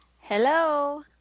Hello